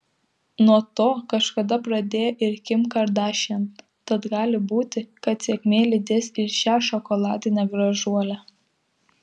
nuo to kažkada pradėjo ir kim kardashian tad gali būti kad sėkmė lydės ir šią šokoladinę gražuolę